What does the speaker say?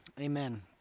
Amen